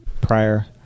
prior